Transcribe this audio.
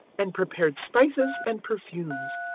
and prepared spices and perfumes.